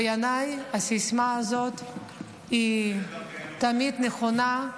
בעיניי הסיסמה הזאת תמיד נכונה.